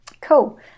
cool